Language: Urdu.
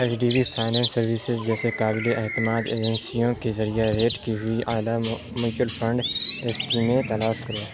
H D B finance services جیسے قابل اعتماد ایجنسیوں کے ذریعے ریٹ کی ہوئی اعلیٰ میوچول فنڈ اسکیمیں تلاش کریں